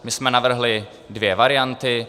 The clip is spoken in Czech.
My jsme navrhli dvě varianty.